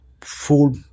full